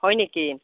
হয় নেকি